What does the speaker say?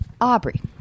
Aubrey